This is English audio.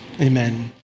amen